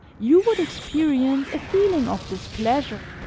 you would experience a feeling of displeasure,